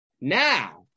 Now